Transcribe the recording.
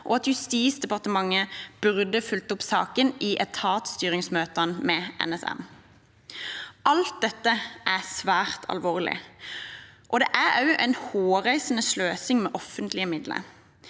og at Justisdepartementet burde fulgt opp saken i etatsstyringsmøtene med NSM. Alt dette er svært alvorlig, og det er også en hårreisende sløsing med offentlige midler.